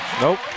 Nope